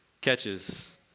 catches